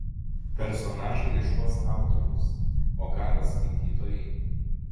personažai ieškos autoriaus o ką ras skaitytojai